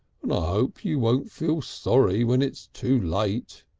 and i hope you won't feel sorry when it's too late.